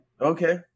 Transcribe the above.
okay